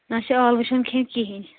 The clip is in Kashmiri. اچھا ٲلوٕ چھِنہٕ کہیٖنۍ